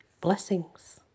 blessings